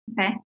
okay